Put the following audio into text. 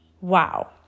Wow